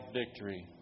victory